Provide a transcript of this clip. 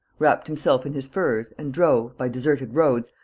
wrapped himself in his furs and drove, by deserted roads,